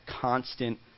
constant